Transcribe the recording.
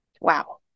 wow